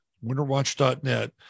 Winterwatch.net